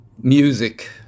music